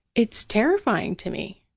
it's terrifying to me.